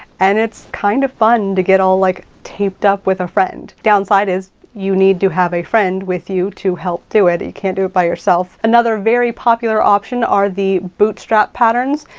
and it's kinda kind of fun to get all like taped up with a friend. downside is you need to have a friend with you to help do it. you can't do it by yourself. another very popular option are the bootstrap patterns.